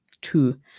Two